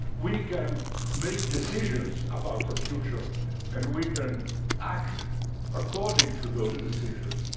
we can make decisions about the future and we can act according to those decisions,